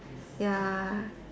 ya